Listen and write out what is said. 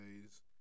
days